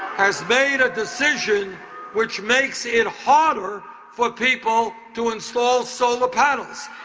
has made a decision which makes it harder for people to install solar panels